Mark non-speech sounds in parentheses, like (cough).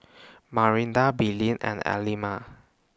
Marinda Belen and (unintelligible)